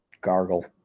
gargle